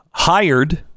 hired